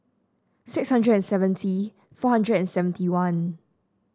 six hundred and seventy four hundred and seventy one